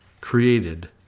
created